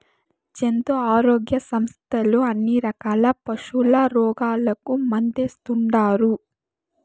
జంతు ఆరోగ్య సంస్థలు అన్ని రకాల పశుల రోగాలకు మందేస్తుండారు